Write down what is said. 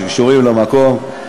שקשורים למקום,